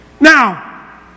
Now